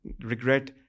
regret